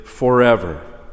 forever